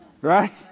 Right